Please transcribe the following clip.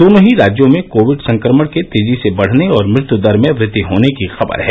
दोनों ही राज्यों में कोविड संक्रमण के तेजी से बढने और मृत्यू दर में वृद्वि होने की खबर है